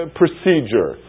procedure